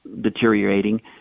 deteriorating